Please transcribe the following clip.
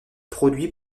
produits